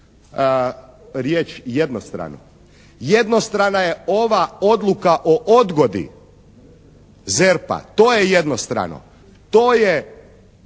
riječ "jednostrano"? Jednostrana je ova Odluka o odgodi ZERP-a. To je jednostrano. To je